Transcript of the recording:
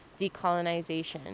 decolonization